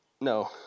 No